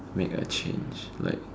make a change like